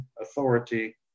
authority